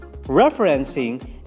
referencing